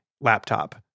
laptop